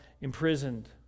imprisoned